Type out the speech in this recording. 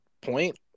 point